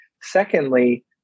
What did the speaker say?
Secondly